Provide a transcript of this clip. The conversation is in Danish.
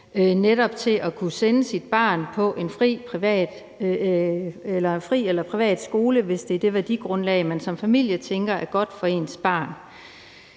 netop at kunne sende sit barn på en fri- eller privatskole, hvis det er det værdigrundlag, man som familie tænker er godt for ens barn.